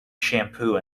shampoo